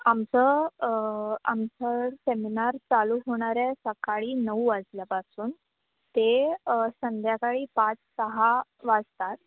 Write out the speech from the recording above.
आमचं आमचं सेमिनार चालू होणार आहे सकाळी नऊ वाजल्यापासून ते संध्याकाळी पाच सहा वाजतात